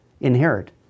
inherit